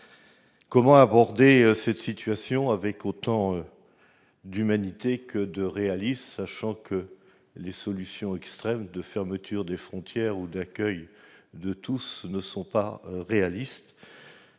Comment aborder cette situation avec autant d'humanité que de réalisme ? Les solutions extrêmes, fermeture des frontières ou accueil de tous, ne sont pas réalistes.